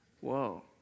Whoa